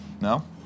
No